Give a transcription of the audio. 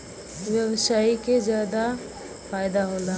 व्यवसायी के जादा फईदा होला